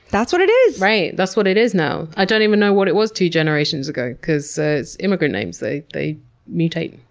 that's what it is! right, that's what it is now. i don't even know what it was two generations ago because ah it's immigrant names. they they mutate.